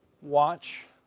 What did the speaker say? watch